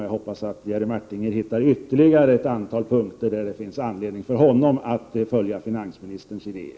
Jag hoppas att Jerry Martinger skall hitta ytterligare ett antal punkter där det finns anledning för honom att följa finansministerns idéer.